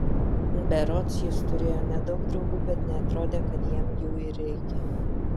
berods jis turėjo nedaug draugų bet neatrodė kad jam jų ir reikia